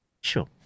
sure